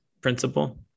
principle